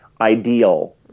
ideal